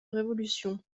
révolution